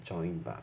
join 吧